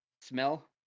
smell